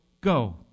go